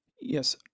Yes